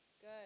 Good